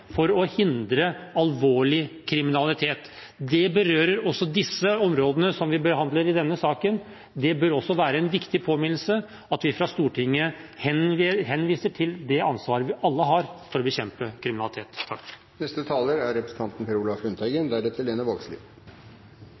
for å hindre alvorlig kriminalitet. Det berører også de områdene som vi behandler i denne saken. Det bør være en viktig påminnelse at vi fra Stortinget henviser til det ansvaret vi alle har for å bekjempe kriminalitet.